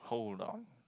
hold on